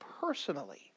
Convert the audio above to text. personally